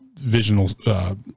visional